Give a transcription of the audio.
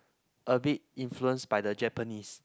a bit influence by the Japanese